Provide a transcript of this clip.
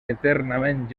eternament